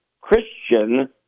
Christian